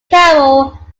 carroll